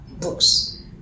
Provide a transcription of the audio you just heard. books